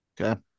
Okay